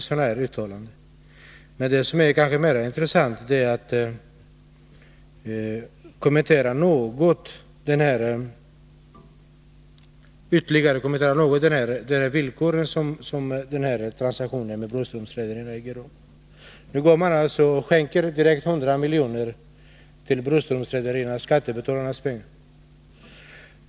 Vad som är intressantare är att något ytterligare kommentera villkoren i avtalet mellan staten och Broströms Rederi AB. Staten skänker alltså 100 milj.kr. av skattebetalarnas pengar till Broströms Rederi AB.